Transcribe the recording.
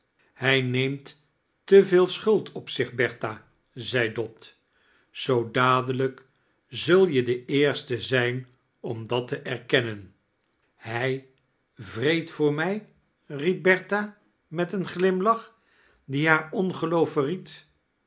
hij neemit te veel schuld op zich bertha zei dot zoo dadelijtk zul je de eenste zijn omdat te erkeinnen hij wteed voor mij riep beirtha met een glimlach die haar ongeloof